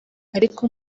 ariko